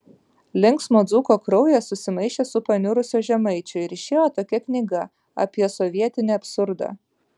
linksmo dzūko kraujas susimaišė su paniurusio žemaičio ir išėjo tokia knyga apie sovietinį absurdą